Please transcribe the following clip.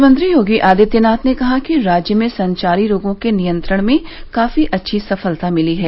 मुख्यमंत्री योगी आदित्यनाथ ने कहा कि राज्य में संचारी रोगों के नियंत्रण में काफी अच्छी सफलता मिली है